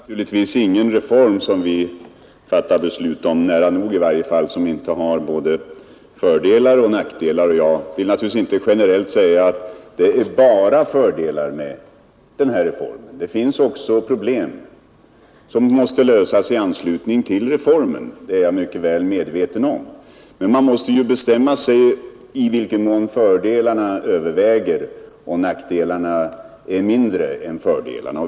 Herr talman! Det finns naturligtvis ingen reform som vi fattat beslut om — nära nog i varje fall — som inte har både fördelar och nackdelar. Och jag vill givetvis inte generellt säga att det är bara fördelar med den här reformen. Det finns också problem som måste lösas i anslutning till den; det är jag mycket väl medveten om. Men man måste ju bestämma sig för en linje där fördelarna överväger nackdelarna.